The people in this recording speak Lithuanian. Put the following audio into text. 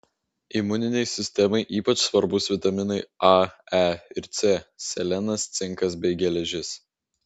imuninei sistemai ypač svarbūs vitaminai a e ir c selenas cinkas bei geležis